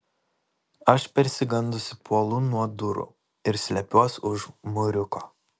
aš persigandusi puolu nuo durų ir slepiuos už mūriuko